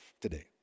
today